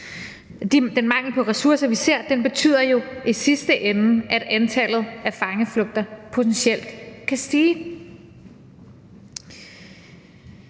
den mangel på ressourcer, vi ser, betyder jo i sidste ende, at antallet af fangeflugter potentielt kan stige.